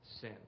sin